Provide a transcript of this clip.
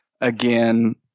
again